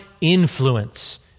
influence